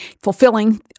fulfilling